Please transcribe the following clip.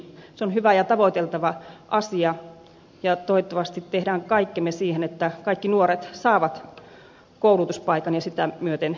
se on hyvä ja tavoiteltava asia ja toivottavasti tehdään kaikkemme siihen että kaikki nuoret saavat koulutuspaikan ja sitä myöten työllistyvät